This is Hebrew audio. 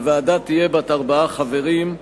הוועדה תהיה בת ארבעה חברים.